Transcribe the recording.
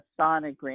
sonogram